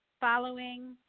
following